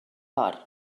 bar